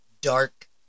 dark